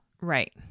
Right